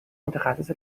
متخصص